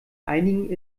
einigen